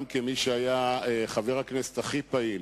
גם כמי שהיה חבר הכנסת הכי פעיל